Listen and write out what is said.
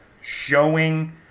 showing